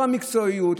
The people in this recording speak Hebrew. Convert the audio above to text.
לא המקצועיות,